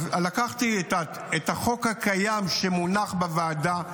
לקחתי את החוק הקיים שמונח בוועדה,